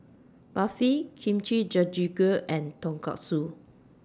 Barfi Kimchi Jjigae and Tonkatsu